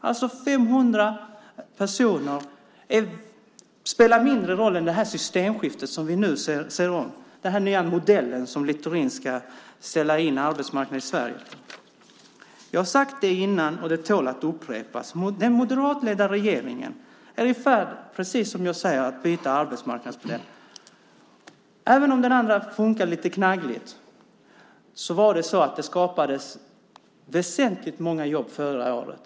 Dessa 500 personer spelar mindre roll än systemskiftet som vi nu ser. Det är den nya modell som Littorin har för att ställa om arbetsmarknaden i Sverige. Jag har sagt det tidigare, och det tål att upprepas: Den moderatledda regeringen är i färd med att byta arbetsmarknadsmodell. Även om den andra funkade lite knaggligt så skapades det väsentligt många fler jobb förra året.